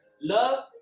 love